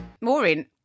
Maureen